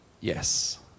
Yes